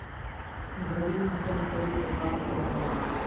रवि फसल कई प्रकार होचे?